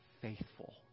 faithful